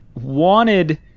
wanted